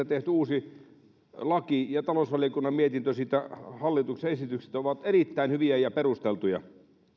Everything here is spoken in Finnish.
tehty uusi laki ja talousvaliokunnan mietintö siitä hallituksen esityksestä ovat erittäin hyviä ja perusteltuja tämä